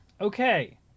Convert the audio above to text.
Okay